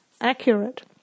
accurate